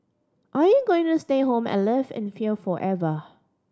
are you going to stay home and live in fear forever